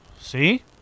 See